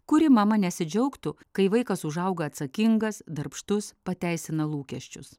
kuri mama nesidžiaugtų kai vaikas užauga atsakingas darbštus pateisina lūkesčius